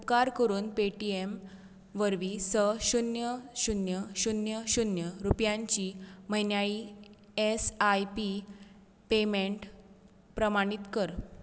उपकार करून Paytm वरवीं स शुन्य शुन्य शुन्य शुन्य रुपयांची म्हयन्याळी एस आय पी पेमेंट प्रमाणीत कर